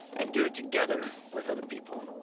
and do it together with other people.